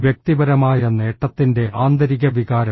വ്യക്തിപരമായ നേട്ടത്തിന്റെ ആന്തരിക വികാരം